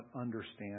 understand